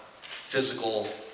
physical